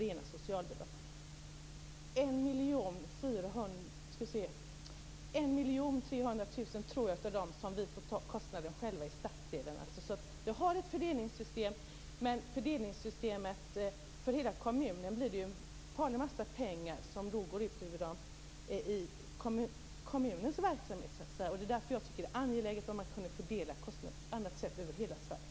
Jag vill minnas att vi i stadsdelen själva får ta en kostnad om 1 300 000 kr. Vi har alltså ett fördelningssystem, men en stor mängd pengar går ut i kommunens verksamhet. Jag tycker att det vore angeläget att kunna fördela kostnaderna på ett annat sätt, över hela Sverige.